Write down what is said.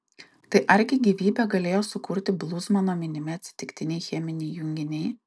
tai argi gyvybę galėjo sukurti bluzmano minimi atsitiktiniai cheminiai junginiai